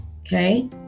Okay